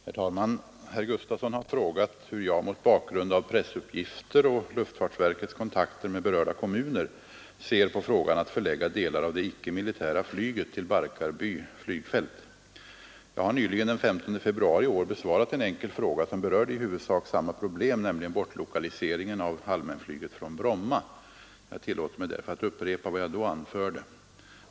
Herr talman! Herr Gustafsson har frågat hur jag — mot bakgrund av pressuppgifter och luftfartsverkets kontakter med berörda kommuner — ser på frågan att förlägga delar av det icke-militära flyget till Barkarby flygfält. Jag har nyligen — den 15 februari i år — besvarat en enkel fråga som berörde i huvudsak samma problem, nämligen bortlokaliseringen av allmänflyget från Bromma. Jag tillåter mig därför att upprepa vad jag då anförde.